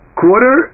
quarter